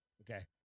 Okay